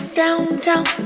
downtown